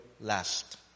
last